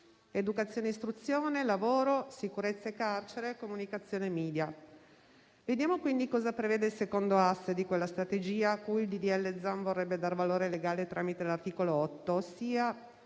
educazione e istruzione, lavoro, sicurezza e carcere, comunicazione e media. Vediamo quindi cosa prevede il secondo asse di quella strategia cui il disegno di legge Zan vorrebbe dare valore legale tramite l'articolo 8, ossia